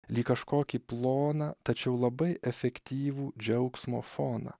lyg kažkokį ploną tačiau labai efektyvų džiaugsmo foną